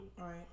Right